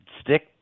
stick